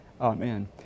Amen